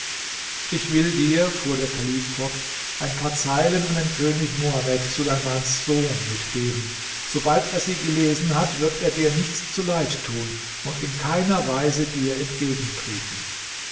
ich will dir fuhr der kalif fort ein paar zeilen an den könig muhammed suleimans sohn mitgeben sobald er sie gelesen hat wird er dir nichts zuleid tun und in keiner weise dir entgegentreten